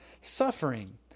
suffering